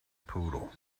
poodle